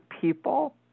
people